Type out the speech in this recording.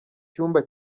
cyumba